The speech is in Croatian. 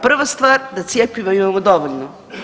Prva stvar, da cjepiva imamo dovoljno.